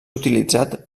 utilitzat